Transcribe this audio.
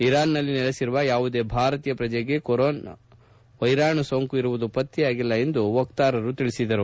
ಇರಾನ್ನಲ್ಲಿ ನೆಲೆಸಿರುವ ಯಾವುದೇ ಭಾರತೀಯ ಪ್ರಜೆಗೆ ಕೊರೋನಾ ವೈರಾಣು ಸೋಂಕು ಇರುವುದು ಪತ್ತೆಯಾಗಿಲ್ಲ ಎಂದು ವಕ್ತಾರರು ತಿಳಿಸಿದರು